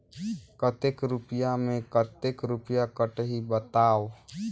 कतेक रुपिया मे कतेक रुपिया कटही बताव?